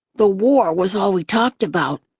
the war was all we talked about.